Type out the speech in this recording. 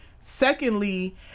Secondly